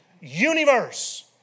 universe